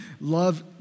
love